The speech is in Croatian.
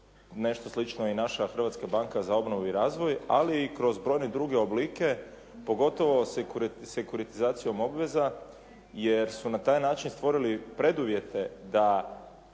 Nešto slično je i naša Hrvatska banka za obnovu i razvoj, ali i kroz brojne druge oblike pogotovo sekuritizacijom obveznika jer su na taj način stvorili preduvjete da